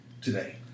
today